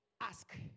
ask